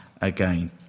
again